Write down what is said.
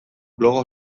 bloga